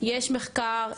יש מחקר,